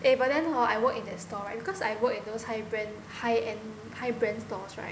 eh but then hor I work in that store right because I work at those high brand high end high brand stores right